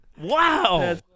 Wow